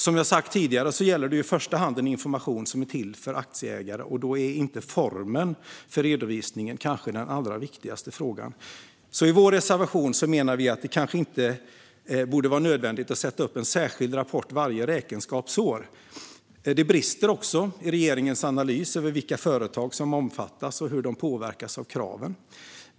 Som jag har sagt tidigare gäller det i första hand en information som är till för aktieägare, och då är kanske inte formen för redovisningen den allra viktigaste frågan. I vår reservation menar vi att det inte borde vara nödvändigt att sätta upp en särskild rapport varje räkenskapsår. Det brister också i regeringens analys över vilka företag som omfattas och hur de påverkas av kraven.